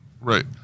Right